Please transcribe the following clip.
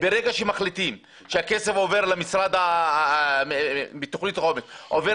ברגע שמחליטים שהכסף מתוכנית החומש עובר